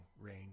rain